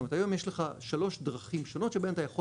זאת אומרת היום יש לך שלוש דרכים שונות שבהן אתה יכול